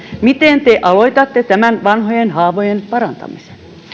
miten te aloitatte tämän vanhojen haavojen parantamisen